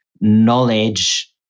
knowledge